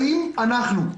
האם אנחנו,